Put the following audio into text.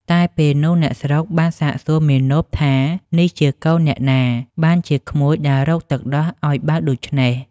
តែពេលនោះ អ្នកស្រុកបានសាកសួរមាណពថានេះជាកូនអ្នកណាបានជាក្មួយដើររកទឹកដោះឲ្យបៅដូច្នេះ?